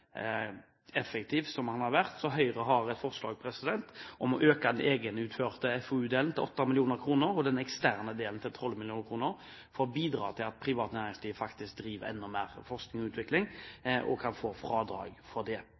effektiv enn den har vært. Så Høyre har et forslag om å øke den egenutførte FoU-delen til 8 mill. kr og den eksterne delen til 12 mill. kr for å bidra til at privat næringsliv faktisk driver enda mer med forskning og utvikling og kan få fradrag for det.